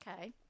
Okay